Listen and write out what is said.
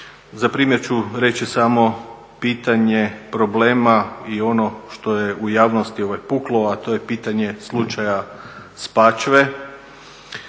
za primjer ću reći samo pitanje problema i ono što je u javnosti puklo a to je pitanje slučaja Spačve